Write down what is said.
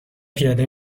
پیاده